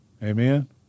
Amen